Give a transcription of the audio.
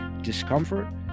discomfort